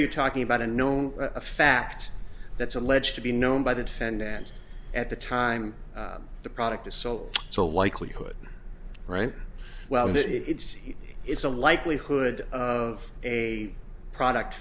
you talking about a known fact that's alleged to be known by the defendant at the time the product is sold so likelihood right well that it's it's a likelihood of a product